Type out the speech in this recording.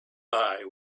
eye